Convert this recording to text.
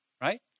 right